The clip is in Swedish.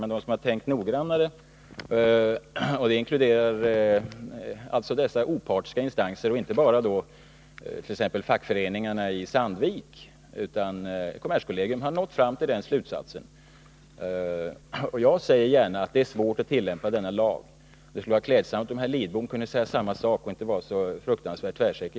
Men de som har tänkt noggrannare — och det inkluderar sådana opartiska instanser som kommerskollegium och inte bara t.ex. fackföreningarna i Sandvik — har kommit fram till slutsatsen att det inte är fråga om någon expansion. Jag säger gärna, herr talman, att det är svårt att tillämpa denna lag. Det skulle vara klädsamt om också herr Lidbom ville tillstå det och inte vara så fruktansvärt tvärsäker.